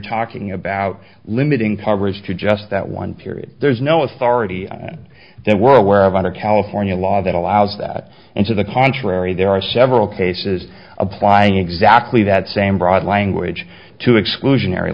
talking about limiting pardners to just that one period there's no authority in the world where of under california law that allows that and to the contrary there are several cases applying exactly that same broad language to exclusionary